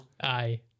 Aye